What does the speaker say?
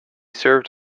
served